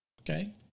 Okay